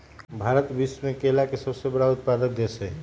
भारत विश्व में केला के सबसे बड़ उत्पादक देश हई